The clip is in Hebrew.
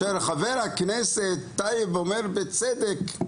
שחבר הכנסת אומר, בצדק: